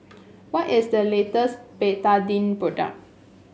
what is the latest Betadine product